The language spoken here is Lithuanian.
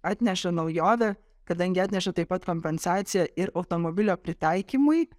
atneša naujovę kadangi atneša taip pat kompensaciją ir automobilio pritaikymui